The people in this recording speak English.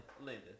Linda